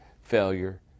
failure